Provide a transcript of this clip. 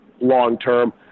long-term